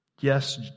Yes